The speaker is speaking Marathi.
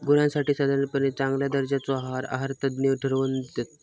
गुरांसाठी साधारणपणे चांगल्या दर्जाचो आहार आहारतज्ञ ठरवन दितत